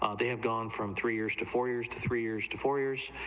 ah they've gone from three years to four years to three years to four years,